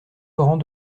laurent